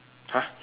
!huh!